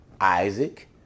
Isaac